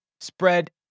spread